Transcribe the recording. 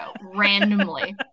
randomly